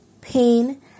pain